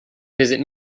visit